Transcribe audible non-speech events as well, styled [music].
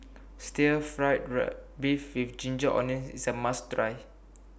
Stir Fried [unintelligible] Beef with Ginger Onions IS A must Try